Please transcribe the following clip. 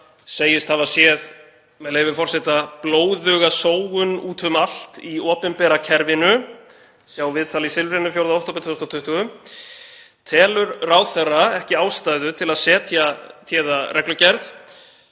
segist hafa séð, með leyfi forseta, „blóðuga sóun út um allt í opinbera kerfinu“ (sjá viðtal í Silfrinu 4. október 2020), telur ráðherra ekki ástæðu til að setja téða reglugerð